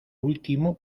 último